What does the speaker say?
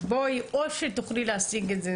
אז או שתוכלי להשיג את זה,